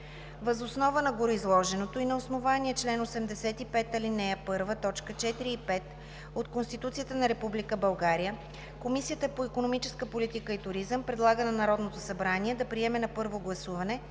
Въз основа на гореизложеното и на основание чл. 85, ал. 1, т. 4 и 5 от Конституцията на Република България, Комисията по икономическа политика и туризъм предлага на Народното събрание да приеме на първо гласуване